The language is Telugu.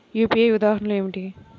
యూ.పీ.ఐ ఉదాహరణ ఏమిటి?